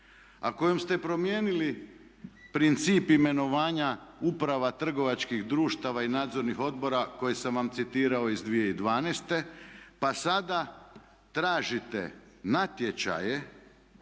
kojom ste promijenili princip imenovanja uprava trgovačkih društava i nadzornih odbora koje sam vam citirao iz 2012. pa sada tražite natječaje,